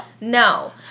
No